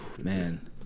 man